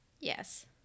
yes